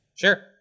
Sure